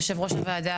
יושב ראש הוועדה,